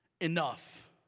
enough